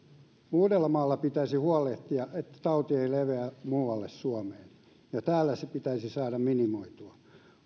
uudellamaalla pitäisi huolehtia tauti ei leviä muualle suomeen ja täällä se pitäisi saada minimoitua